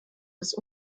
des